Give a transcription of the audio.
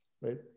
right